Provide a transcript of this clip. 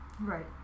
Right